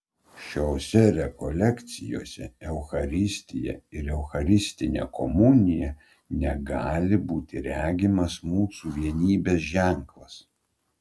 šiose rekolekcijose eucharistija ir eucharistinė komunija negali būti regimas mūsų vienybės ženklas